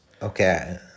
Okay